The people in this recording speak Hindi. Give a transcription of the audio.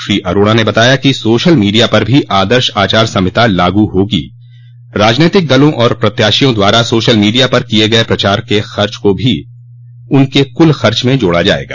श्री अरोड़ा ने बताया कि सोशल मीडिया पर भी आदर्श आचार संहिता लागू होगी राजनीतिक दलों और प्रत्याशियों द्वारा सोशल मीडिया पर किये गये प्रचार के खर्च को भी उनके कुल खर्च में जोड़ा जायेगा